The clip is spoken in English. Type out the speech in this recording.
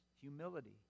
humility